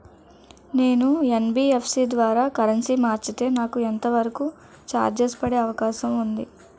నేను యన్.బి.ఎఫ్.సి ద్వారా కరెన్సీ మార్చితే నాకు ఎంత వరకు చార్జెస్ పడే అవకాశం ఉంది?